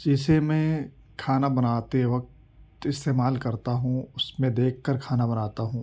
جسے میں کھانا بناتے وقت استعمال کرتا ہوں اس میں دیکھ کر کھانا بناتا ہوں